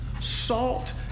salt